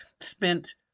spent